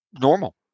normal